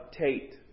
Tate